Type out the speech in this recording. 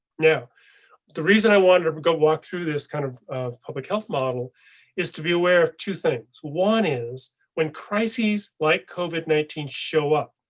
now the reason i wanted to go walk through this kind of of public health model is to be aware of two things. one is when crises. like covid nineteen. show up.